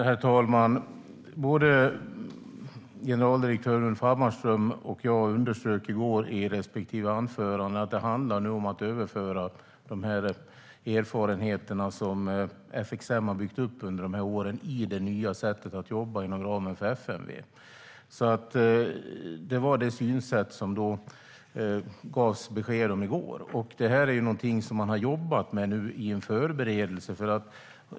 Herr talman! Både generaldirektör Hammarström och jag underströk i våra respektive anföranden i går att det nu handlar om att överföra erfarenheterna som FXM har byggt upp under de här åren till det nya sättet att jobba inom ramen för FMV. Det var det synsätt som det gavs besked om i går. Detta är någonting som man har jobbat med som en förberedelse.